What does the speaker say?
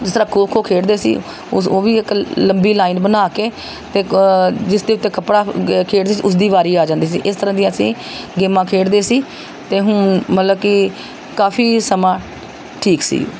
ਜਿਸ ਤਰ੍ਹਾਂ ਖੋ ਖੋ ਖੇਡਦੇ ਸੀ ਉਸ ਉਹ ਵੀ ਇੱਕ ਲੰਬੀ ਲਾਈਨ ਬਣਾ ਕੇ ਅਤੇ ਜਿਸ ਦੇ ਉੱਤੇ ਕੱਪੜਾ ਗ ਖੇਡਦੇ ਸੀ ਉਸਦੀ ਵਾਰੀ ਆ ਜਾਂਦੀ ਸੀ ਇਸ ਤਰ੍ਹਾਂ ਦੀ ਅਸੀਂ ਗੇਮਾਂ ਖੇਡਦੇ ਸੀ ਅਤੇ ਹੁਣ ਮਤਲਬ ਕਿ ਕਾਫੀ ਸਮਾਂ ਠੀਕ ਸੀ